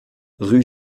rue